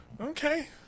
Okay